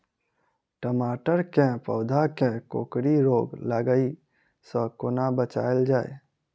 टमाटर केँ पौधा केँ कोकरी रोग लागै सऽ कोना बचाएल जाएँ?